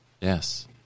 Yes